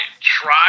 try